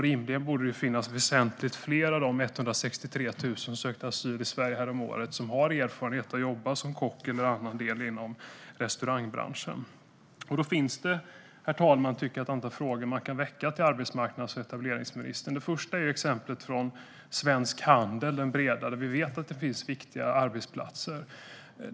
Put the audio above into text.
Rimligen borde det också finnas väsentligt fler av de 163 000 som sökte asyl i Sverige häromåret som har erfarenhet av att jobba som kock eller något annat inom restaurangbranschen. Herr talman! Det finns ett antal frågor man kan ställa till arbetsmarknads och etableringsministern. Den första gäller exemplet från svensk handel, och det är det bredaste. Vi vet att det finns viktiga arbetsplatser där.